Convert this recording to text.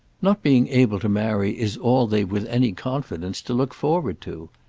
not being able to marry is all they've with any confidence to look forward to.